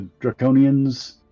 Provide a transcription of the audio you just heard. draconians